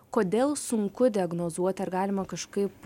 kodėl sunku diagnozuoti ar galima kažkaip